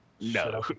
No